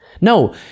No